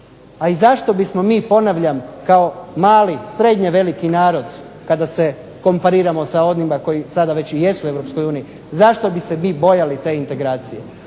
A i zašto bismo mi, ponavljam, kao mali, srednje veliki narod kada se kompariramo sa onima koji sada već i jesu u Europskoj uniji, zašto bi se mi bojali te integracije.